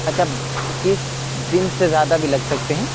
اچھا اکیس دن سے زیادہ بھی لگ سکتے ہیں